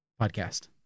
podcast